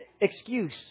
excuse